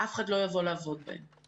אף אחד לא יבוא לעבוד בהם.